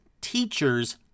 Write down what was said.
teachers